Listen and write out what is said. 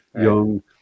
young